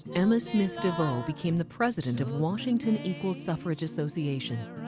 emma smith devoe became the president of washington equal suffrage association.